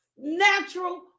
natural